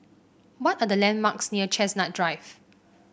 what are the landmarks near Chestnut Drive